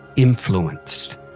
influenced